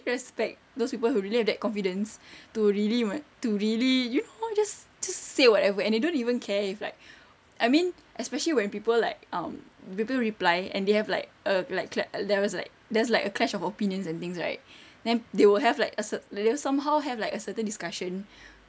respect those people who really have that confidence to really to really you know just just say whatever and they don't even care if like I mean especially when people like um people reply and they have like err like there was there's like a clash of opinions and things right then they will have like a cer~ they will somehow have like a certain discussion